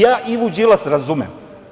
Ja Ivu Đilas razumem.